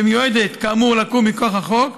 שמיועדת כאמור לקום מכוח החוק,